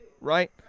right